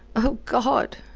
o god!